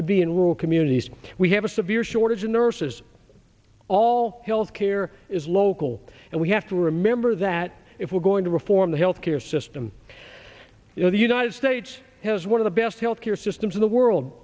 to be in rural communities we have a severe shortage of nurses all health care is local and we have to remember that if we're going to reform the health care system you know the united states has one of the best healthcare systems in the world